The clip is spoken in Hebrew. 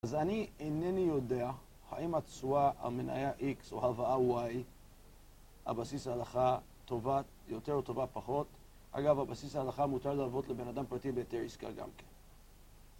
אז אני אינני יודע, האם התשואה על מניה X או הלוואה Y, על בסיס ההלכה, טובה יותר או טובה פחות, אגב, על בסיס ההלכה מותר לעבוד לבן אדם פרטי בהתר עסקה גם כן.